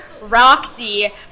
Roxy